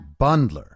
bundler